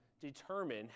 determine